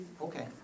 Okay